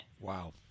Wow